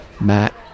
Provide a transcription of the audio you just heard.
Matt